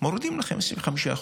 מורידים לכם 25%,